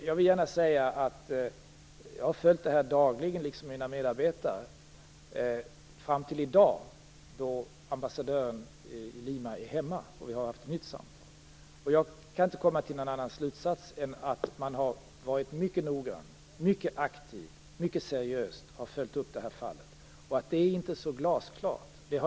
Jag och mina medarbetare har följt det här fallet dagligen fram till i dag, då ambassadören i Lima kommit hem och vi har haft ett nytt samtal. Jag kan inte komma fram till någon annan slutsats än att man har varit mycket noggrann och mycket aktivt och seriöst har följt upp det här fallet, som inte är glasklart.